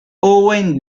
owen